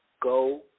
go